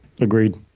Agreed